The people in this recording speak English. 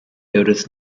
builders